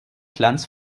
glanz